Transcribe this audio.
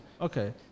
Okay